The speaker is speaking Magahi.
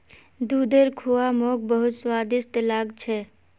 दूधेर खुआ मोक बहुत स्वादिष्ट लाग छ